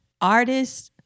artists